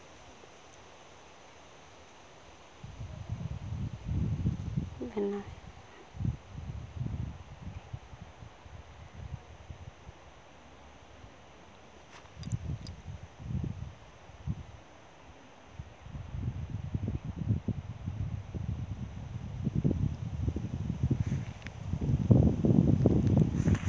ᱵᱮᱱᱟᱣ ᱦᱩᱭᱩᱜᱼᱟ